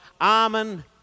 Amen